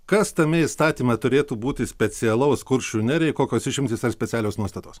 kas tame įstatyme turėtų būti specialaus kuršių nerijai kokios išimtys ar specialios nuostatos